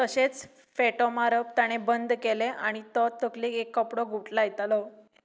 तशेंच फेटो मारप ताणे बंद केलें आनी तो तकलेक एक कपडो गुठलायतालो